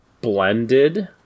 blended